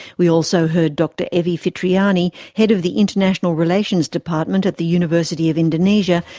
we also heard dr evi fitriani, head of the international relations department at the university of indonesia,